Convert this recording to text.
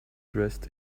dressed